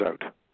out